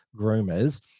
groomers